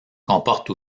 comporte